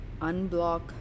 unblock